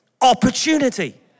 opportunity